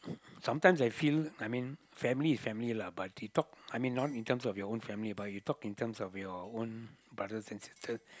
sometimes I feel I mean family is family lah but you talk I mean not in terms of your own family but you talk in terms of your own brothers and sister